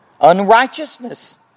unrighteousness